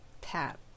Tap